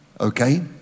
Okay